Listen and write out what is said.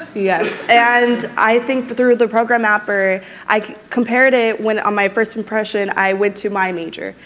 yes, and i think that through the program mapper i compared it when, on my first impression, i went to my major,